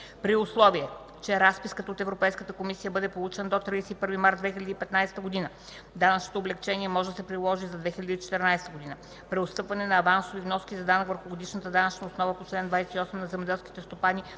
При условие че разписката от Европейската комисия бъде получена до 31 март 2015 г., данъчното облекчение може да се приложи за 2014 г. Преотстъпване на авансови вноски за данък върху годишната данъчна основа по чл. 28 на земеделските стопани